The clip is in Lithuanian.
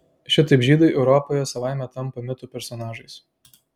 šitaip žydai europoje savaime tampa mitų personažais